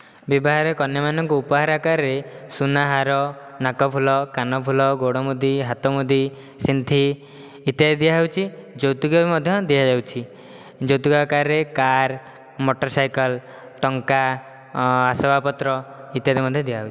ବିବାହରେ କନ୍ୟା ମାନଙ୍କୁ ଉପହାର ଆକାରରେ ସୁନାହାର ନାକଫୁଲ କାନଫୁଲ ଗୋଡ଼ମୁଦି ହାତମୁଦି ସିନ୍ଥି ଇତ୍ୟାଦି ଦିଆ ହେଉଛି ଯୌତୁକରେ ମଧ୍ୟ ଦିଆ ଯାଉଛି ଯୌତୁକ ଆକାରରେ କାର ମଟର ସାଇକେଲ ଟଙ୍କା ଆସବାସପତ୍ର ଇତ୍ୟାଦି ମଧ୍ୟ ଦିଆ ହେଉଛି